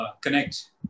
connect